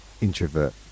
introvert